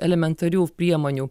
elementarių priemonių